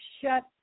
shut